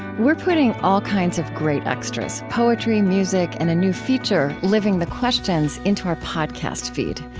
we're putting all kinds of great extras poetry, music, and a new feature living the questions into our podcast feed.